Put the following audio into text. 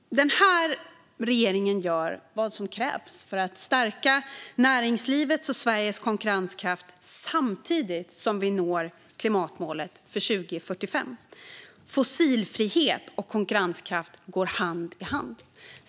Fru talman! Den här regeringen gör vad som krävs för att stärka näringslivets och Sveriges konkurrenskraft samtidigt som vi når klimatmålet för 2045. Fossilfrihet och konkurrenskraft går hand i hand.